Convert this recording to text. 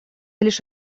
лишь